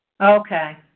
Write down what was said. Okay